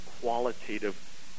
qualitative